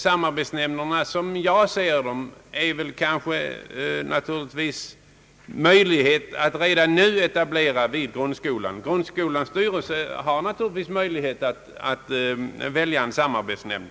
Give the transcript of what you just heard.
Samarbetsnämnder kan man, som jag ser det, redan nu etablera vid grundskolan. Grundskolans styrelse har naturligtvis möjlighet att låta välja en samarbetsnämnd.